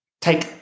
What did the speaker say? take